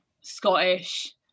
Scottish